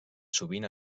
sovint